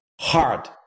hard